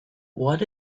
what